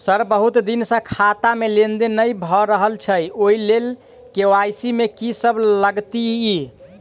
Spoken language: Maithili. सर बहुत दिन सऽ खाता मे लेनदेन नै भऽ रहल छैय ओई लेल के.वाई.सी मे की सब लागति ई?